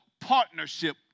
partnership